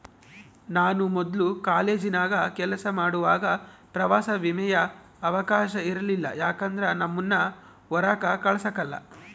ನಾನು ಮೊದ್ಲು ಕಾಲೇಜಿನಾಗ ಕೆಲಸ ಮಾಡುವಾಗ ಪ್ರವಾಸ ವಿಮೆಯ ಅವಕಾಶವ ಇರಲಿಲ್ಲ ಯಾಕಂದ್ರ ನಮ್ಮುನ್ನ ಹೊರಾಕ ಕಳಸಕಲ್ಲ